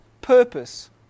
purpose